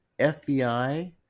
FBI